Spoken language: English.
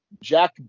Jack